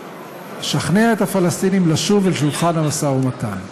לשכנע את הפלסטינים לשוב אל שולחן המשא-ומתן.